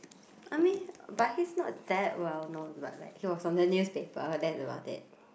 I mean but he is not that well know but like he was on the newspaper that's about it